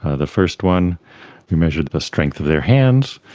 ah the first one we measured the strength of their hands,